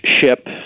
ship